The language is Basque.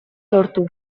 lortu